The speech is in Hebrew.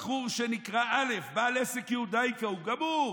בחור שנקרא א', בעל עסק יודאיקה, הוא גמור.